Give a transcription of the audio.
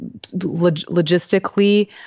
logistically